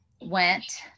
went